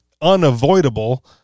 unavoidable